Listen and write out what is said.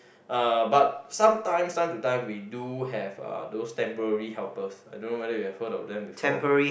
uh but sometimes time to time we do have uh those temporary helpers I don't know whether you have heard of them before